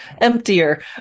emptier